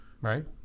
Right